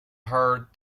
her